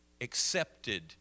accepted